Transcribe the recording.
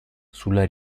sulla